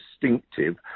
distinctive